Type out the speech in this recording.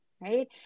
right